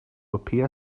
appear